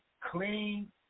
clean